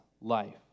life